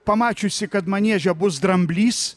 pamačiusi kad manieže bus dramblys